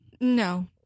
No